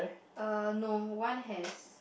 uh no one has